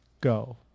go